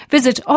Visit